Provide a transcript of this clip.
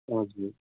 हजुर